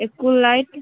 एकुलाइट